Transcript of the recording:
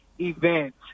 event